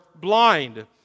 blind